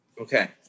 okay